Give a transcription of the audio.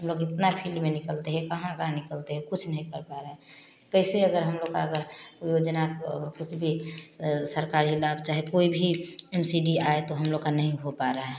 हम लोग इतना फ़ील्ड में निकलते है कहाँ कहाँ निकलते है कुछ नहीं कर पा रहे हैं कैसे अगर हम लोग अगर योजना कुछ भी सरकारी लाभ चाहे कोई भी एम सी डी आए तो हम लोग का नहीं हो पा रहा है